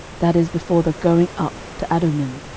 that is before the going up to adummim,